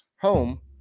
home